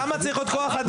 למה צריך עוד כוח אדם?